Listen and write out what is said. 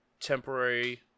temporary